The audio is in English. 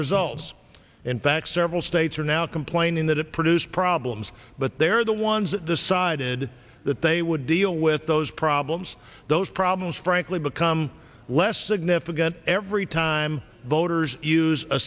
results in fact several states are now complaining that it produced problems but they're the ones that decided that they would deal with those problems those problems frankly become less significant every time voters use a